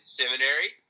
seminary